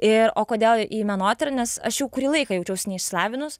ir o kodėl į menotyrą nes aš jau kurį laiką jaučiaus neišsilavinus